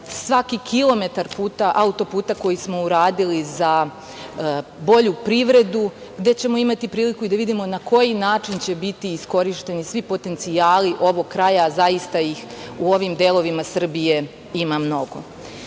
svaki kilometar auto-puta koji smo uradili za bolju privredu, gde ćemo imati priliku da vidimo i na koji način će biti iskorišćeni svi potencijali ovog kraja, a zaista ih u ovim delovima Srbije ima mnogo. Zbog